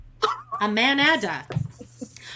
Amanada